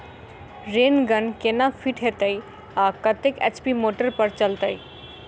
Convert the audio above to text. Rain gun केना fit हेतइ आ कतेक एच.पी मोटर पर चलतै?